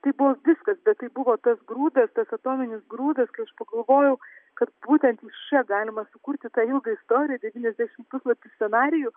tai buvo viskas bet tai buvo tas grūdas tas atominis grūdas kai aš pagalvojau kad būtent iš čia galima sukurti tą ilgą istoriją devyniasdešim puslapių scenarijų